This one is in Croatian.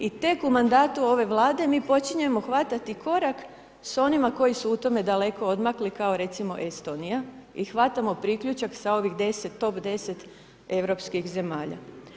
I tek u mandatu ove Vlade mi počinjemo hvatati korak sa onima koji su u tome daleko odmakli kao recimo Estonija i hvatamo priključak sa ovih 10, top 10 europskih zemalja.